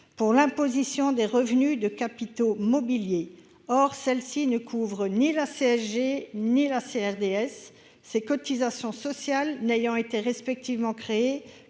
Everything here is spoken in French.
pour les impositions des revenus des capitaux mobiliers. Or celle-ci ne couvre ni la CSG ni la CRDS, ces cotisations sociales n'ayant été respectivement créées